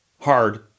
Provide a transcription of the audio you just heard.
hard